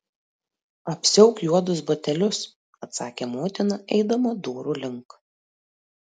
apsiauk juodus batelius atsakė motina eidama durų link